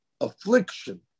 affliction